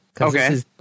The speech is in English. Okay